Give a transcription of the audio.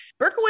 Berkowitz